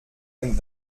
dem